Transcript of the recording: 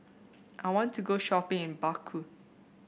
I want to go shopping in Baku